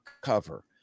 cover